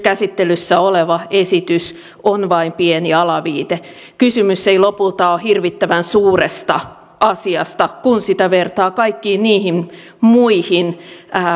käsittelyssä oleva esitys on vain pieni alaviite kysymys ei lopulta ole hirvittävän suuresta asiasta kun sitä vertaa kaikkiin niihin muihin